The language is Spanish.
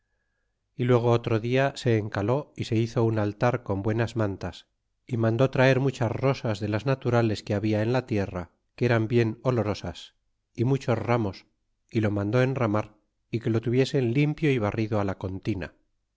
y luego otro dia se encaló y se hizo un altar con buenas mantas y mandó traer muchas rosas de las naturales que habla en la tierra ele eran bien olorosas y muchos ramos y lo mandó enramar y que lo tuviesen limpio y barrido la contina